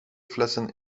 flessen